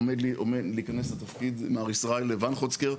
עומד להיכנס לתפקיד מר ישראל ונחוצקר,